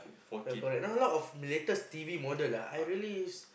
yea correct now a lot of latest T_V model ah I really